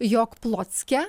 jog plocke